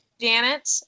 Janet